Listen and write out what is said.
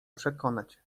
przekonać